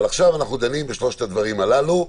עכשיו אנחנו דנים בשלושת הדברים האלה.